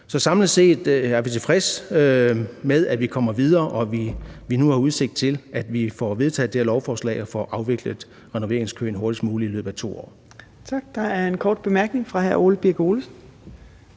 Så samlet set er vi tilfredse med, at vi kommer videre, og at vi nu har udsigt til, at vi får vedtaget det her lovforslag og får afviklet renoveringskøen hurtigst muligt, altså i løbet af 2 år. Kl. 16:20 Fjerde næstformand (Trine Torp): Tak.